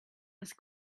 was